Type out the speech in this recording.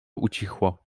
ucichło